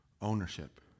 ownership